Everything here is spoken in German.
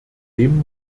dem